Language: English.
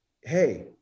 hey